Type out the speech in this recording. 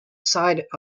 side